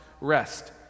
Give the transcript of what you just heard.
rest